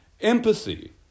empathy